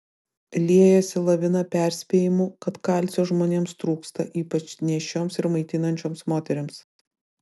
liejasi lavina perspėjimų kad kalcio žmonėms trūksta ypač nėščioms ir maitinančioms moterims